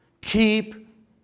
Keep